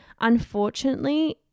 unfortunately